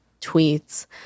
tweets